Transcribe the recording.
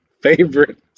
favorite